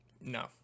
No